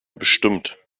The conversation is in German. bestimmt